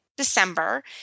December